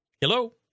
Hello